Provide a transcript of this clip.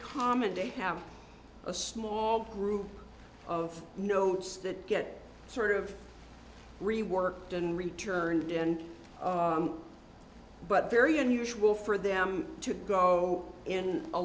common they have a small group of notes that get sort of reworked and returned in but very unusual for them to go in a